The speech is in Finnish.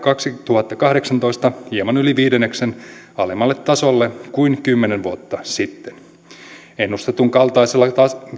kaksituhattakahdeksantoista hieman yli viidenneksen alemmalle tasolle kuin kymmenen vuotta sitten ennustetun kaltaisella